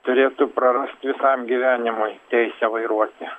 turėtų prarasti visam gyvenimui teisę vairuoti